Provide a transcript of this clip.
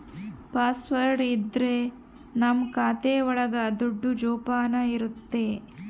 password ಇದ್ರೆ ನಮ್ ಖಾತೆ ಒಳಗ ದುಡ್ಡು ಜೋಪಾನ ಇರುತ್ತೆ